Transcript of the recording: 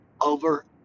over